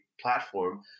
platform